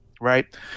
right